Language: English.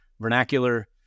vernacular